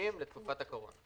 לתקופת הקורונה.